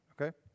Okay